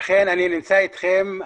אכן אני נמצא איתכם,